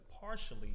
partially